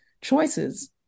choices